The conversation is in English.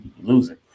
Losing